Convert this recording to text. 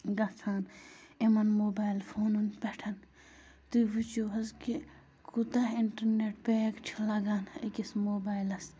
گژھان یِمَن موبایِل فونَن پٮ۪ٹھ تُہۍ وٕچھِو حظ کہِ کوٗتاہ اِنٹرنٮ۪ٹ پیک چھُ لَگان أکِس موبایلس